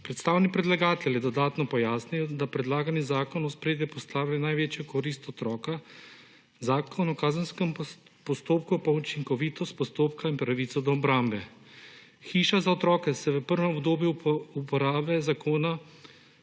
Predstavnik predlagatelja je dodatno pojasnil, da predlagani zakon v ospredje postavlja največjo korist otroka, Zakon o kazenskem postopku pa učinkovitost postopka in pravico do obrambe. Hiša za otroke se v prvem obdobju uporabe zakona